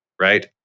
right